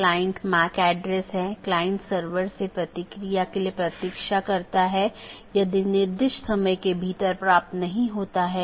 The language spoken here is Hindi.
वोह इसको यह ड्रॉप या ब्लॉक कर सकता है एक पारगमन AS भी होता है